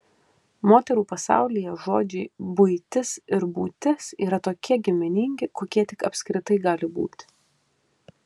moterų pasaulyje žodžiai buitis ir būtis yra tokie giminingi kokie tik apskritai gali būti